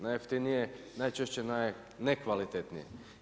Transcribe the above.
Najjeftinije, najčešće najnekvalitetnije.